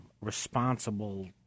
responsible